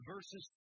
Verses